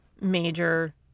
major